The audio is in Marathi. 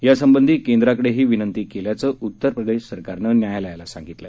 या संबंधी केंद्राकडेही विनंती केल्याचं उत्तर प्रदेश सरकारनं न्यायालयाला सांगितलं